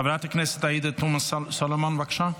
חברת הכנסת עאידה תומא סולומון, בבקשה.